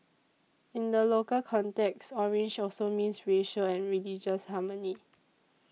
in the local context orange also means racial and religious harmony